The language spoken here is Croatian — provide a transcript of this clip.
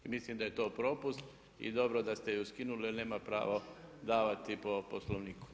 I mislim da je to propust i dobro da ste ju skinuli jer nema pravo davati po Poslovniku.